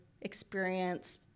experience